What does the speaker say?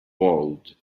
world